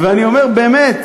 אני אומר באמת: